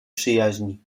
przyjaźni